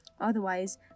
Otherwise